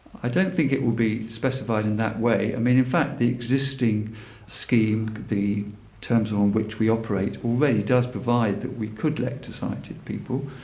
i don't think it will be specified in that way. i mean in fact the existing scheme, the terms on which we operate, already does provide that we could let to sighted people.